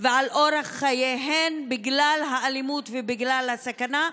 ועל אורח חייהן בגלל האלימות ובגלל הסכנה,